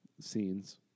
scenes